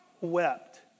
wept